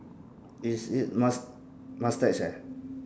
is it moust~ moustache eh